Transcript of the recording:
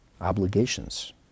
Obligations